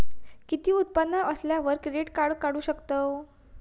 किती उत्पन्न असल्यावर क्रेडीट काढू शकतव?